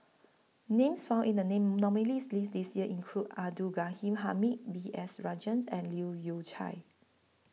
Names found in The nominees' list This Year include Abdul Ghani Hamid B S Rajhans and Leu Yew Chye